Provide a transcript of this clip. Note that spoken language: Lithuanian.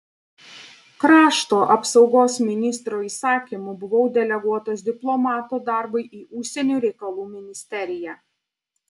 krašto apsaugos ministro įsakymu buvau deleguotas diplomato darbui į užsienio reikalų ministeriją